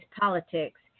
politics